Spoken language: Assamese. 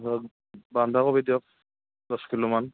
ধৰক বন্ধাকবি দিয়ক দহ কিলো মান